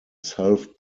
self